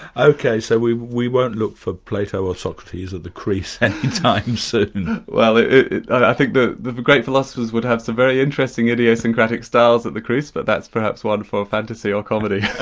ok, so we we won't look for plato or socrates at the crease any time soon. well, i think the the great philosophers would have some very interesting idiosyncratic styles at the crease. but that's perhaps one for fantasy or comedy.